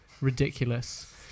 ridiculous